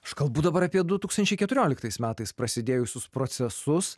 aš kalbu dabar apie du tūkstančiai keturioliktais metais prasidėjusius procesus